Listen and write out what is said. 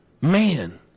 man